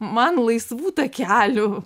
man laisvų takelių